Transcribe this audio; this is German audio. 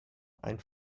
ein